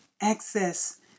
access